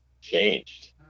changed